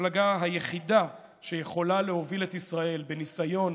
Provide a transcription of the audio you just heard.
למפלגה היחידה שיכולה להוביל את ישראל בניסיון,